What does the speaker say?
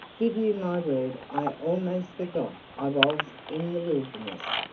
give you my word, i almost forgot i was in the wilderness!